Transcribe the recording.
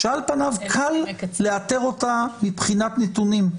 שעל פניו קל לאתר אותה מבחינת הנתונים.